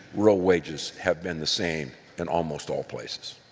real wages have been the same and almost all places.